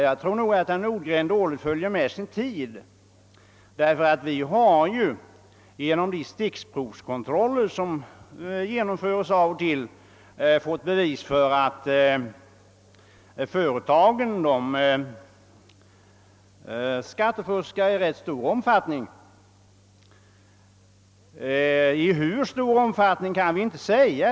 Jag tror att herr Nordgren dåligt följer med vad som händer, ty genom stickprovskontroller som genomföres av och till har man fått bevis för att företagen skattefuskar i rätt stor omfattning — i hur stor omfattning kan vi inte säga.